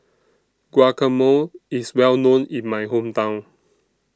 Guacamole IS Well known in My Hometown